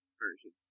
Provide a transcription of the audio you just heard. version